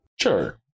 Sure